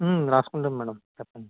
వ్రాసుకుంటాము madam చెప్పండి